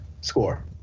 score